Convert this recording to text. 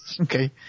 Okay